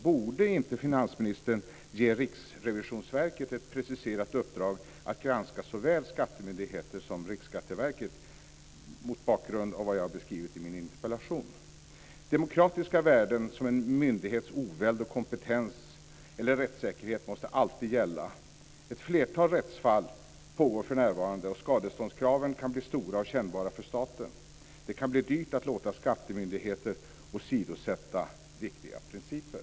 Borde inte finansministern ge Riksrevisionsverket ett preciserat uppdrag att granska såväl skattemyndigheter som Riksskatteverket mot bakgrund av det jag har beskrivit i min interpellation? Demokratiska värden, som en myndighets oväld och rättssäkerhet, måste alltid gälla. Ett flertal rättsfall pågår för närvarande och skadeståndskraven kan bli stora och kännbara för staten. Det kan bli dyrt att låta skattemyndigheter åsidosätta viktiga principer.